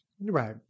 Right